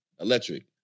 Electric